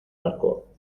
barco